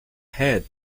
head